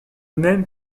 même